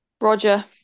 Roger